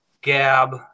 gab